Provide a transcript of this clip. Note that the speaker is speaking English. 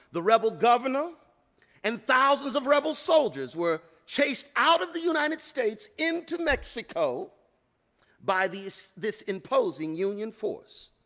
the rebel governor and thousands of rebel soldiers were chased out of the united states into mexico by this this imposing union force.